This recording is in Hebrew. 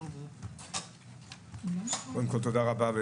תודה רבה.